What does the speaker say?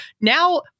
now